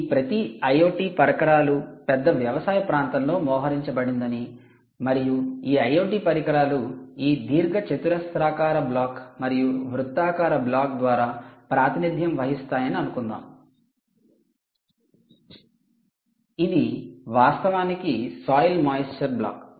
ఈ ప్రతి IoT పరికరాలు పెద్ద వ్యవసాయ ప్రాంతంలో మోహరించబడిందని మరియు ఈ IoT పరికరాలు ఈ దీర్ఘచతురస్రాకార బ్లాక్ మరియు వృత్తాకార బ్లాక్ ద్వారా ప్రాతినిధ్యం వహిస్తాయని అనుకుందాం ఇది వాస్తవానికి సాయిల్ మాయిస్చర్ బ్లాక్